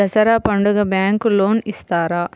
దసరా పండుగ bank loan ఇస్తారా?